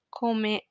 come